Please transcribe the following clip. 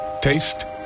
taste